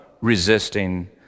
resisting